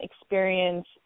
experience